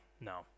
no